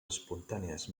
espontànies